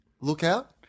lookout